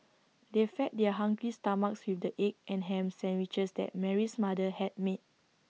they fed their hungry stomachs with the egg and Ham Sandwiches that Mary's mother had made